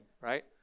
right